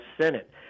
Senate